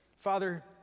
Father